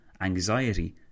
anxiety